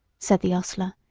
said the hostler,